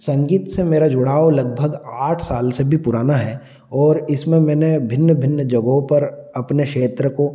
संगीत से मेरा जुड़ाव लगभग आठ साल से भी पुराना है और इसमें मैंने भिन्न भिन्न जगहों पर अपने क्षेत्र को